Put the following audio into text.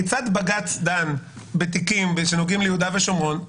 כיצד בג"ץ דן בתיקים שנוגעים ליהודה ושומרון,